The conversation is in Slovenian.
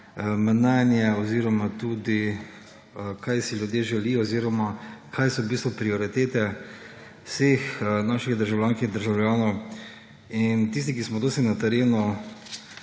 mnenje oziroma tudi, kaj si ljudje želijo oziroma kaj so v bistvu prioritete vseh naših državljank in državljanov. Tisti, ki smo dosti na terenu,